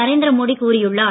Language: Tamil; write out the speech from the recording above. நரேந்திர மோடி கூறியுள்ளார்